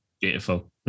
Beautiful